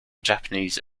japanese